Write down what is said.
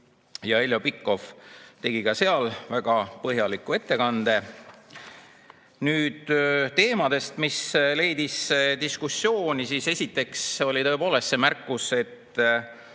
Heljo Pikhof tegi ka seal väga põhjaliku ettekande. Nüüd teemadest, mis [äratasid] diskussiooni. Esiteks oli tõepoolest see märkus,